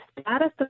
status